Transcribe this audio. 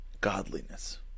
godliness